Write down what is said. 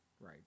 Right